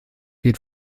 wird